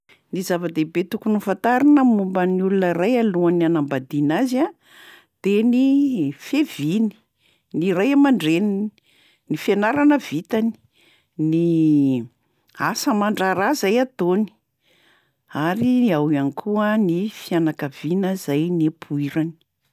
Ny zava-dehibe tokony fantarina momba ny olona ray alohan'ny hanambadiana azy a de ny fiaviany, ny ray aman-dreniny, ny fianarana vitany, ny asa aman-draharaha zay ataony, ary ao ihany koa ny fianakaviana zay nipoirany.